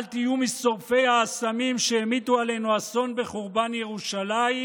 אל תהיו משורפי האסמים שהמיטו עלינו אסון בחורבן ירושלים,